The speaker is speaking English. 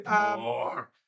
More